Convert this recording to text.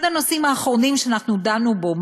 אחד הנושאים האחרונים שאנחנו דנו בהם,